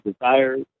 desires